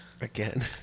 again